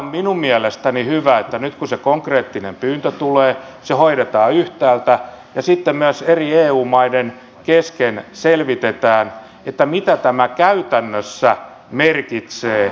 minun mielestäni on hyvä että nyt kun se konkreettinen pyyntö tulee se hoidetaan yhtäältä ja sitten myös eri eu maiden kesken selvitetään mitä tällainen pyyntö käytännössä merkitsee